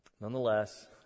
Nonetheless